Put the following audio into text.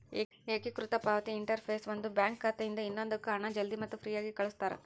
ಏಕೇಕೃತ ಪಾವತಿ ಇಂಟರ್ಫೇಸ್ ಒಂದು ಬ್ಯಾಂಕ್ ಖಾತೆಯಿಂದ ಇನ್ನೊಂದಕ್ಕ ಹಣ ಜಲ್ದಿ ಮತ್ತ ಫ್ರೇಯಾಗಿ ಕಳಸ್ತಾರ